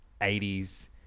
80s